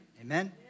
Amen